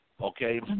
okay